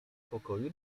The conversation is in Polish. pokoju